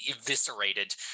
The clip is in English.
eviscerated